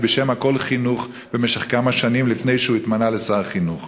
בשם "הכול חינוך" במשך כמה שנים לפני שהוא התמנה לשר החינוך.